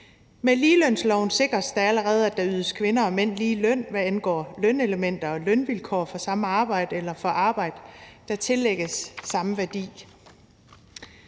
Med ligelønsloven sikres det allerede, at der ydes kvinder og mænd lige løn, hvad angår lønelementer og lønvilkår for samme arbejde eller for arbejde, der tillægges samme værdi.